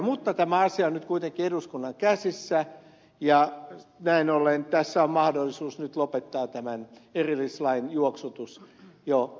mutta tämä asia on nyt kuitenkin eduskunnan käsissä ja näin ollen tässä on mahdollisuus nyt lopettaa jo tämän erillislain juoksutus eteenpäin